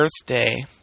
birthday